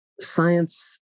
science